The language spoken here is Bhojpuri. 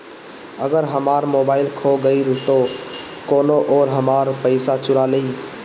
अगर हमार मोबइल खो गईल तो कौनो और हमार पइसा चुरा लेइ?